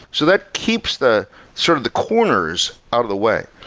so that keeps the sort of the corners out of the way.